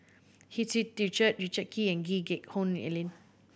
Hu Tsu Tau Richard Richard Kee and Lee Geck Hoon Ellen